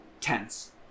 tense